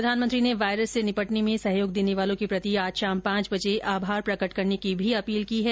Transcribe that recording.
प्रधानमंत्री ने वायरस से निपटने में सहयोग देने वालों के प्रति आज शाम पांच बजे आभार प्रकट करने की भी अपील की है